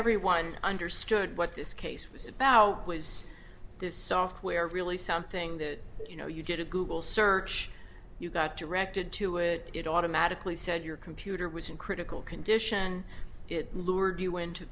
everyone understood what this case was about was this software really something that you know you did a google search you got directed to it it automatically said your computer was in critical condition it lured you into